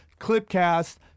Clipcast